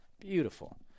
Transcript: beautiful